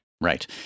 Right